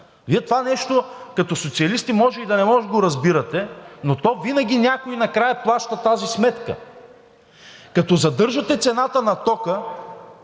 това нещо като социалисти може и да не го разбирате, но винаги някой накрая плаща тази сметка. Като задържате цената на тока